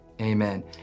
amen